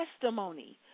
testimony